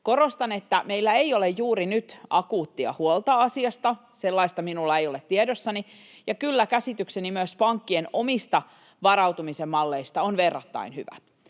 Korostan, että meillä ei ole juuri nyt akuuttia huolta asiasta, sellaista minulla ei ole tiedossani, ja kyllä käsitykseni myös pankkien omista varautumisen malleista on verrattain hyvä.